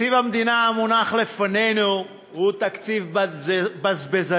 תקציב המדינה המונח לפנינו הוא תקציב בזבזני,